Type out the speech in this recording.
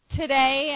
today